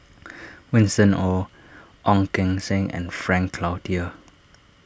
Winston Oh Ong Keng Sen and Frank Cloutier